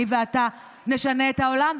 "אני ואתה נשנה את העולם",